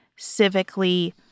civically